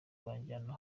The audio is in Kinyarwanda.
banjyana